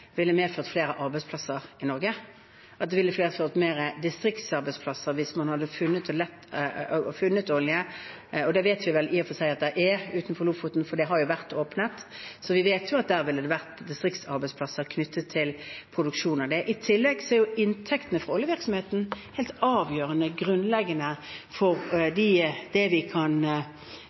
Det ville medført flere distriktsarbeidsplasser hvis man hadde funnet olje, og det vet vi vel i og for seg at det er utenfor Lofoten, for det har vært åpnet der. Vi vet at det ville vært distriktsarbeidsplasser knyttet til produksjon der. I tillegg er inntektene fra oljevirksomheten helt avgjørende grunnleggende for det vi kan